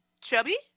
Chubby